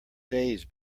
days